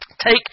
take